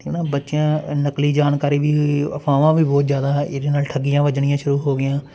ਠੀਕ ਆ ਬੱਚਿਆਂ ਨਕਲੀ ਜਾਣਕਾਰੀ ਵੀ ਅਫਵਾਵਾਂ ਵੀ ਬਹੁਤ ਜ਼ਿਆਦਾ ਇਹਦੇ ਨਾਲ ਠੱਗੀਆਂ ਵੱਜਣੀਆਂ ਸ਼ੁਰੂ ਹੋ ਗਈਆਂ